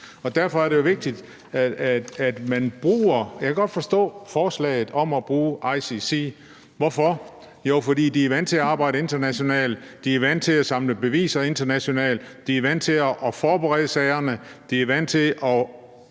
domstol. Jeg kan godt forstå forslaget om at bruge ICC. Hvorfor? Jo, fordi de er vant til at arbejde internationalt; de er vant til at samle beviser internationalt; de er vant til at forberede sagerne; de er vant til at